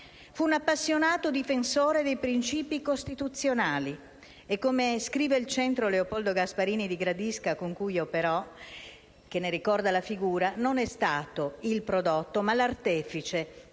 Fu un appassionato difensore dei principi costituzionali e, come scrive il centro Leopoldo Gasparini di Gradisca, con cui operò, che ne ricorda la figura, non è stato il prodotto ma l'artefice